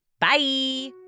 Bye